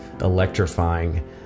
electrifying